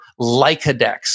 Lycodex